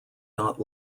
not